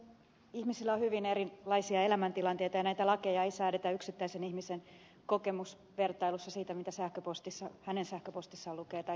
ihmisillä on hyvin erilaisia elämäntilanteita ja näitä lakeja ei säädetä yksittäisen ihmisen kokemusvertailun perusteella sen mukaan mitä hänen sähköpostissaan lukee tai mitä tekstiviestejä tulee